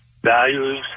values